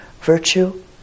virtue